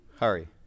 Hurry